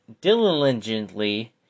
diligently